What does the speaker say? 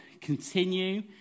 continue